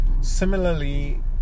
Similarly